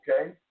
okay